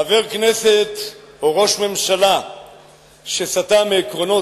חבר כנסת או ראש ממשלה שסטה מעקרונות,